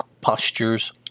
postures